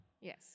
Yes